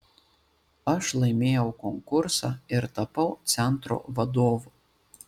aš laimėjau konkursą ir tapau centro vadovu